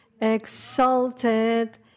exalted